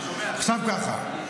עכשיו ככה,